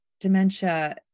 dementia